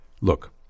Look